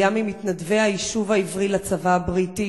היה ממתנדבי היישוב העברי לצבא הבריטי